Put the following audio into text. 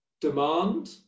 demand